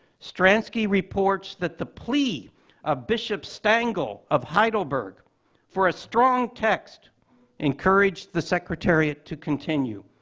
stransky reports that the plea of bishop stangl of heidelberg for a strong text encouraged the secretariat to continue.